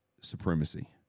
supremacy